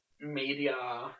media